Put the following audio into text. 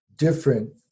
different